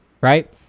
right